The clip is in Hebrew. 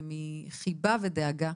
ומחיבה ודאגה.